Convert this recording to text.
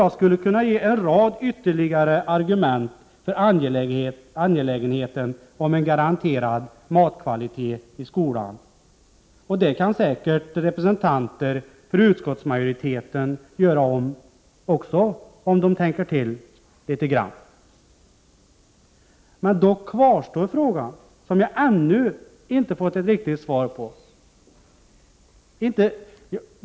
Jag skulle kunna anföra en rad ytterligare argument för angelägenheten av en garanterad matkvalitet i skolan, och det kan säkert representanter för utskottsmajoriteten också göra, om de tänker till litet grand. Dock kvarstår den fråga som jag ännu inte har fått ett riktigt svar på.